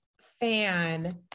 fan